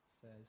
says